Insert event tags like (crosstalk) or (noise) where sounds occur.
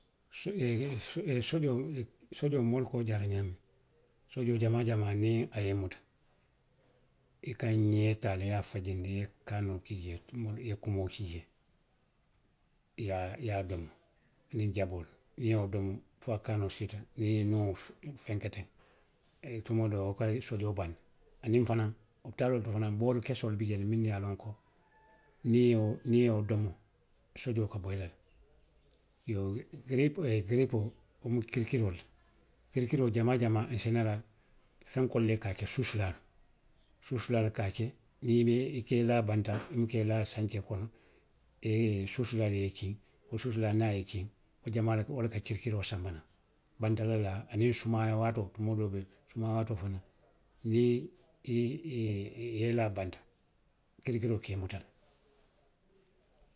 (hesitation) sojoo, sojoo moolu ka wo jaara ňaamiŋ ňaamiŋ, sojoo jamaa jamaa niŋ a ye i muta, i ka ňee taa le i ye a fajindi i ye kaanoo ke jee, i ye kumoo ke jee, i ye a, i ye a domo, aniŋ jaboolu, niŋ i ye wo domo. fo a kaanoo siita, niŋ i ye i nuŋo fuu, niŋ i ye i nuŋo fenke teŋ, tumoo doo wo ka sojoo baŋ ne. Aniŋ fanaŋ, opitaaloo to fanaŋ boori kesoolu be jee le minnu ye a loŋ ko niŋ i ye wo, niŋ i ye wo domo, sojoo ka bo i la le. Iyoo giri, giripoo, wo mu kirikiroo le ti; kirikiroo jamaa jamaa aŋ seneraali fenkoolu le ka a ke suusuulaalu le ka a ke. suusuulaa le ka a ke niŋ i be, niŋ i ke i laa banta i buka i laa sankee koto suusuulaalu ye i kiŋ. Wo suusuula niŋ a ye i kiŋ, wo jamaalu, wo le ka kirikiroo sanba naŋ. Bantala laa aniŋ sumaayaa waatoo tumoo doo bi jee, sumaayaa waatoo fanaŋ niŋ i ye i, i ye laa banta, kirikiroo ka i muta le.